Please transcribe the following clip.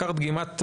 לקחת דגימת זרע.